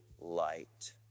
light